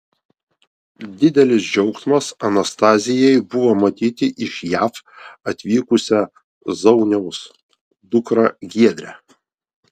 didelis džiaugsmas anastazijai buvo matyti iš jav atvykusią zauniaus dukrą giedrę